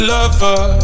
Lover